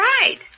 right